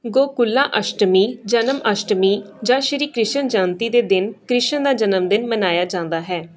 ਗੋਕੁਲਾ ਅਸ਼ਟਮੀ ਜਨਮਅਸ਼ਟਮੀ ਜਾਂ ਸ਼੍ਰੀ ਕ੍ਰਿਸ਼ਨ ਜਯੰਤੀ ਦੇ ਦਿਨ ਕ੍ਰਿਸ਼ਨ ਦਾ ਜਨਮ ਦਿਨ ਮਨਾਇਆ ਜਾਂਦਾ ਹੈ